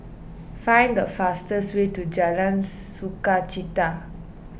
find the fastest way to Jalan Sukachita